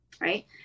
Right